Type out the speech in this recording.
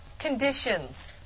conditions